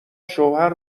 شوهر